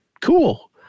Cool